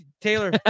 Taylor